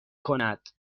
کند